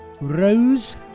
Rose